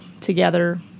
together